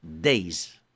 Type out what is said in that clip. days